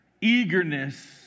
eagerness